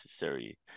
necessary